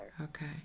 Okay